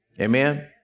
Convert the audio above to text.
Amen